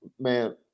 Man